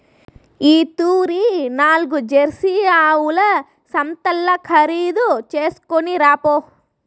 ఈ తూరి నాల్గు జెర్సీ ఆవుల సంతల్ల ఖరీదు చేస్కొని రాపో